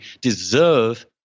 deserve